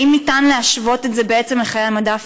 האם ניתן להשוות את זה בעצם לחיי המדף